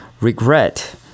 regret